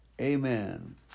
Amen